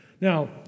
Now